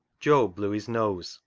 job blew his nose,